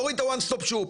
תוריד את ה-"One Stop Shop".